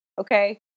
Okay